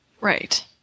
Right